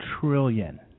trillion